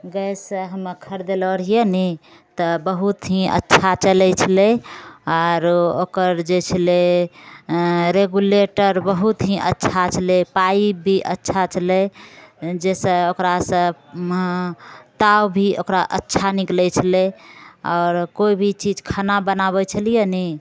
gas हमे खरीदले रहियै नि तऽ बहुत ही अच्छा चलै छलै आरो ओकर जे छलै रेग्युलेटर बहुत हि अच्छा छलै पाइप भी अच्छा छलै जाहिसँ ओकरासँ ताव भी अच्छा निकलै छलै आओर कोइ भी चीज खाना बनाबै छलियै ने